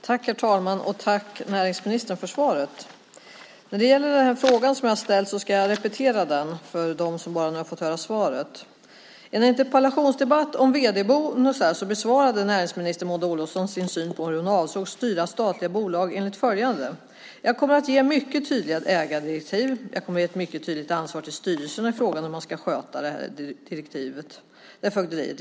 Herr talman! Tack, näringsministern, för svaret. Jag ska repetera den fråga som jag har ställt för dem som nu bara har fått höra svaret. I en interpellationsdebatt om vd-bonusar beskrev näringsministern Maud Olofsson sin syn på hur hon avsåg att styra statliga bolag så här: Jag kommer att ge mycket tydliga ägardirektiv. Jag kommer att ge ett mycket tydligt ansvar till styrelserna i fråga om hur man ska sköta fögderiet.